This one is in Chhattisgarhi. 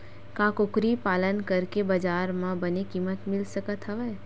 का कुकरी पालन करके बजार म बने किमत मिल सकत हवय?